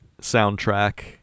soundtrack